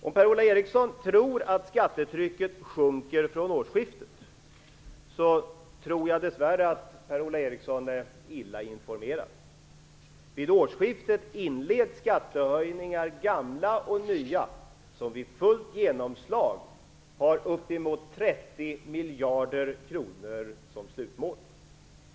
Om Per-Ola Eriksson tror att skattetrycket sjunker från årsskiftet, så tror jag dess värre att Per-Ola Eriksson är illa informerad. Vid årsskiftet inleds skattehöjningar - gamla och nya - som vid fullt genomslag har uppemot 30 miljarder kronor som slutmål.